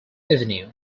avenue